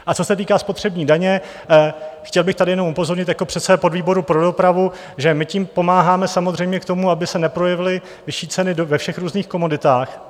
A co se týká spotřební daně, chtěl bych tady jenom upozornit jako předseda podvýboru pro dopravu, že my tím pomáháme samozřejmě k tomu, aby se neprojevily vyšší ceny ve všech různých komoditách.